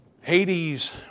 Hades